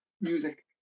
music